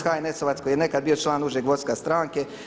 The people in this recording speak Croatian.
HNS-ovac koji je nekad bio član užeg vodstva stranke.